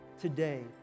today